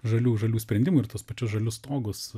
žalių žalių sprendimų ir tuos pačius žalius stogus